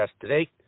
today